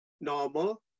normal